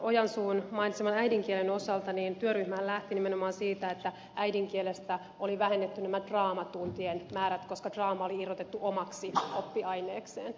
ojansuun mainitseman äidinkielen osalta työryhmähän lähti nimenomaan siitä että äidinkielestä oli vähennetty nämä draamatuntien määrät koska draama oli irrotettu omaksi oppiaineekseen